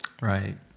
Right